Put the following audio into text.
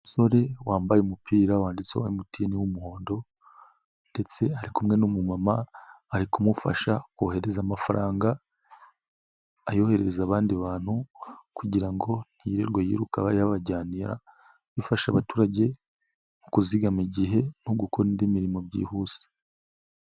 Umusore wambaye umupira wanditseho MTN w'umuhondo ndetse ari kumwe n'umu mama ari kumufasha kohereza amafaranga. Ayohererereza abandi bantu kugira ngo ntiyirirwe yiruka ayabajyanira. Bifasha abaturage mu kuzigama igihe no gukora indi mirimo byihuse.